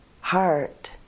heart